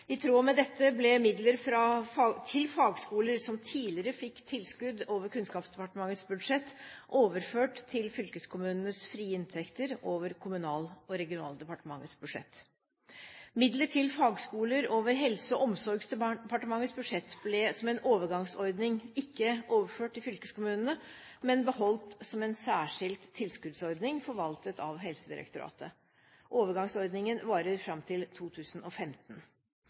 I tråd med dette ble midler til fagskoler som tidligere fikk tilskudd over Kunnskapsdepartementets budsjett, overført til fylkeskommunenes frie inntekter over Kommunal- og regionaldepartementets budsjett. Midler til fagskoler over Helse- og omsorgsdepartementets budsjett ble som en overgangsordning ikke overført til fylkeskommunene, men beholdt som en særskilt tilskuddsordning forvaltet av Helsedirektoratet. Overgangsordningen varer fram til 2015.